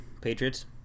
Patriots